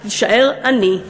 אתה תישאר עני.